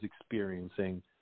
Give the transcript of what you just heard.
experiencing